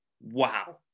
Wow